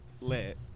lit